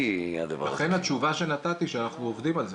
לכן התשובה שנתתי שאנחנו עובדים על זה.